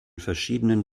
verschiedenen